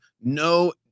no